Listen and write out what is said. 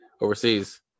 overseas